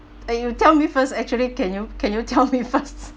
eh you tell me first actually can you can you tell me first